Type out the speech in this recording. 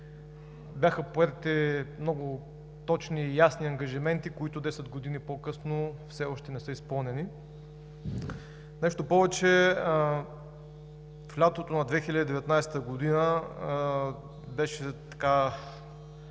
Бяха поети много точни и ясни ангажименти, които десет години по-късно все още не са изпълнени. Нещо повече, в лятото на 2019 г. се случи